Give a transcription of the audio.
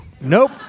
Nope